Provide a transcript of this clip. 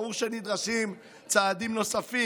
ברור שנדרשים צעדים נוספים,